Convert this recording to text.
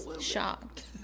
shocked